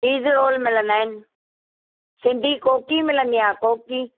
चीज़ roll मिलंदा आहिनि सिंधी कोकी मिलंदी आहे कोकी